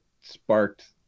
sparked